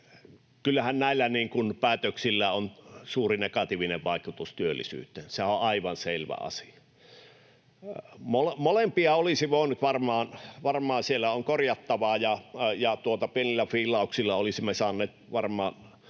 Kyllähän näillä päätöksillä on suuri negatiivinen vaikutus työllisyyteen, sehän on aivan selvä asia. Varmaan siellä on korjattavaa, ja pienillä fiilauksilla olisimme saaneet varmaan